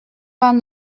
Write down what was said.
vingt